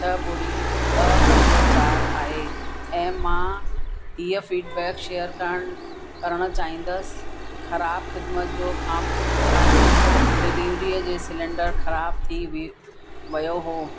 छ्ह ॿुड़ी ॿ पंज चार आहे ऐं मां इहो फ़ीडबैक शेयर करन करणु चाहींदसि ख़राबु ख़िदमत जो खाम खाजमूदो डिलीवरीअ जे सिलेंडर ख़राबु थी वि यो वियो